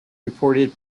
reported